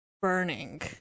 burning